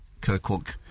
Kirkuk